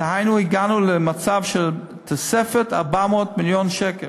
דהיינו הגענו למצב של תוספת 400 מיליון שקל.